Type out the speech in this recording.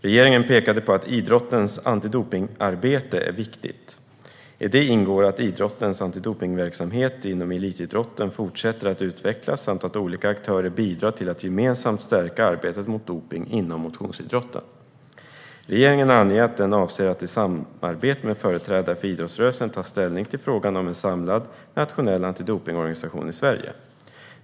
Regeringen pekade på att idrottens antidopningsarbete är viktigt. I det ingår att idrottens antidopningsverksamhet inom elitidrotten fortsätter att utvecklas samt att olika aktörer bidrar till att gemensamt stärka arbetet mot dopning inom motionsidrotten. Regeringen anger att den avser att i samarbete med företrädare för idrottsrörelsen ta ställning till frågan om en samlad nationell antidopningsorganisation i Sverige.